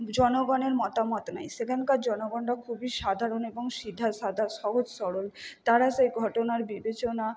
জনগণের মতামত নেয় সেখানকার জনগণরা খুবই সাধারণ এবং সিধাসাধা সহজ সরল তারা সেই ঘটনার বিবেচনা